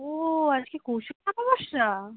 ও আজকে কৌশিকি অমাবস্যা